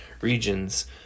regions